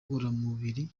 ngororamubiri